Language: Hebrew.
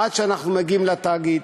עד שאנחנו מגיעים לתאגיד.